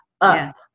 up